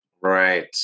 Right